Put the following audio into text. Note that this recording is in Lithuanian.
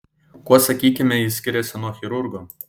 kuo sakykime jis skiriasi nuo chirurgo